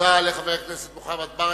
תודה לחבר הכנסת מוחמד ברכה.